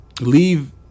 leave